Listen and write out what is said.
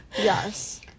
Yes